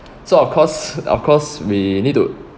so of course of course we need to